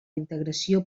integració